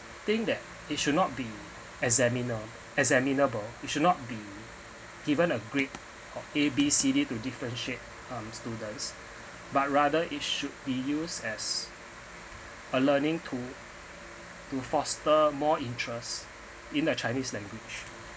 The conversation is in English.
think that it should not be examiner examinable it should not be given a grade or a b c d to differentiate uh students but rather it should be used as a learning tool to foster more interest in the chinese language